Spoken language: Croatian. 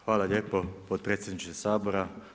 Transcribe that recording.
Hvala lijepo potpredsjedniče Sabora.